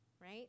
right